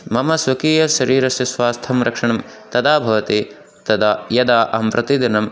मम स्वकीयशरीरस्य स्वास्थ्यरक्षणं तदा भवति तदा यदा अहं प्रतिदिनम्